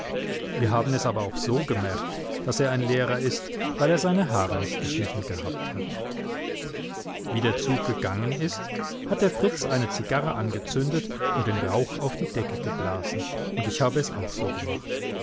wir haben es aber auch so gemerkt daß er ein lehrer ist weil er seine haare nicht geschnitten gehabt hat wie der zug gegangen ist hat der fritz eine zigarre angezündet und den rauch auf die decke geblasen und ich habe es auch so gemacht